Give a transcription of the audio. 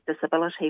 disability